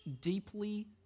deeply